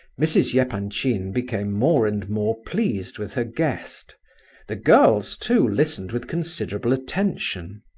mrs. yeah epanchin became more and more pleased with her guest the girls, too, listened with considerable attention.